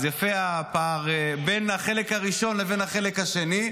אז יפה הפער בין החלק הראשון לבין החלק השני.